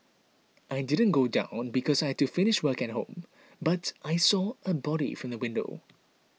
I didn't go down because I had to finish work at home but I saw a body from the window